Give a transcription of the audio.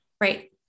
Right